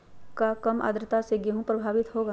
क्या काम आद्रता से गेहु प्रभाभीत होगा?